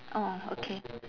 orh okay